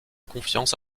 confiance